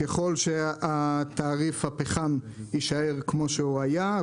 ככל שתעריף הפחם יישאר כמו שהוא היה,